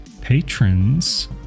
patrons